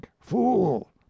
fool